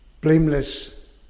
Blameless